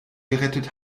gerettet